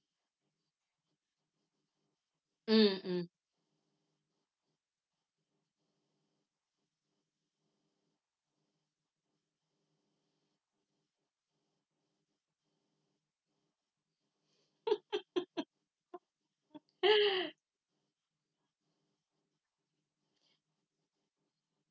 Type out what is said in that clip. mm mm